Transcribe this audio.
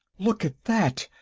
look at that!